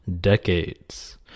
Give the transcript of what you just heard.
decades